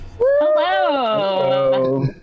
Hello